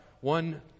one